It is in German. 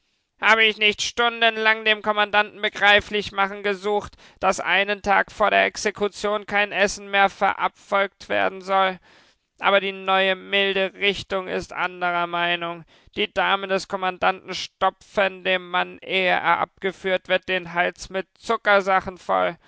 habe ich nicht stundenlang dem kommandanten begreiflich zu machen gesucht daß einen tag vor der exekution kein essen mehr verabfolgt werden soll aber die neue milde richtung ist anderer meinung die damen des kommandanten stopfen dem mann ehe er abgeführt wird den hals mit